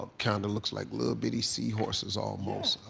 kind of looks like little, bitty seahorses, almost. ah,